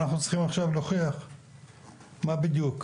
אנחנו צריכים עכשיו להוכיח מה בדיוק,